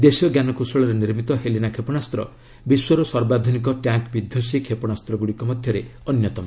ଦେଶୀୟ ଜ୍ଞାନକୌଶଳରେ ନିର୍ମିତ ହେଲିନା କ୍ଷେପଣାସ୍ତ ବିଶ୍ୱର ସର୍ବାଧ୍ରନିକ ଟ୍ୟାଙ୍କ୍ ବିଧ୍ୱଂସୀ କ୍ଷେପଣାସ୍ତଗ୍ରଡ଼ିକ ମଧ୍ୟରେ ଅନ୍ୟତମ